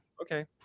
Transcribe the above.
Okay